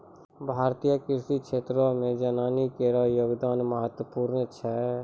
भारतीय कृषि क्षेत्रो मे जनानी केरो योगदान महत्वपूर्ण छै